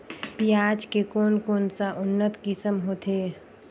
पियाज के कोन कोन सा उन्नत किसम होथे?